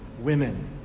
women